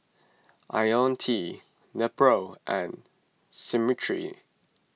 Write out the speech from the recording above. Ionil T Nepro and